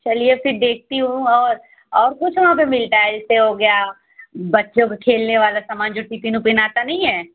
चलिए फिर देखती हूँ और और कुछ वहाँ पर मिलता है जैसे हो गया बच्चों का खेलने वाला समान जो टिफ़िन उफ़िन आता नहीं है